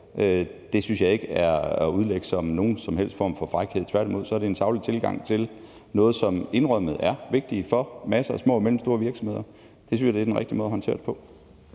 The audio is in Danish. Det synes jeg ikke kan udlægges som nogen som helst form for frækhed. Tværtimod er det en saglig tilgang til noget, som indrømmet er vigtigt for masser af små og mellemstore virksomheder. Det synes jeg er den rigtige måde at håndtere det